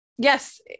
Yes